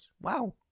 Wow